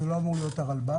זה לא אמור להיות הרלב"ד?